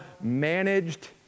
managed